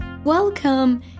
welcome